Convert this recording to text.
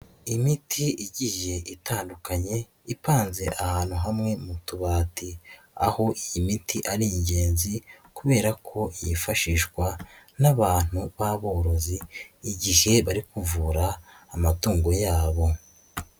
Imiti igiye itandukanye, ipaze ahantu hamwe mu tubati, aho iyi miti ari ingenzi kubera ko yifashishwa n'abantu b'aborozi, igihe bari kuvura amatungo yabo.